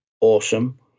awesome